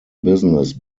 business